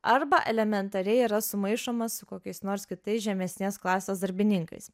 arba elementariai yra sumaišomas su kokiais nors kitais žemesnės klasės darbininkais